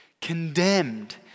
condemned